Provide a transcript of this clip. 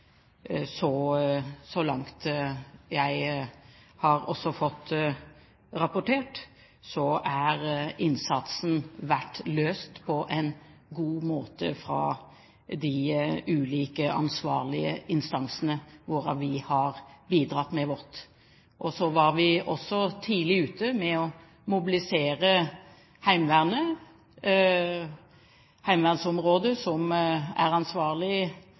så langt jeg har fått rapportert, har innsatsen vært løst på en god måte fra de ulike ansvarlige instansene, hvorav vi har bidratt med vårt. Så var vi også tidlig ute med å mobilisere Heimevernet, heimevernsområdet som er ansvarlig